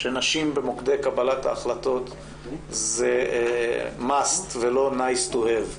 שנשים במוקדי קבלת החלטות זה Must ולא Nice to have,